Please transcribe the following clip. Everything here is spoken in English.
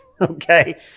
Okay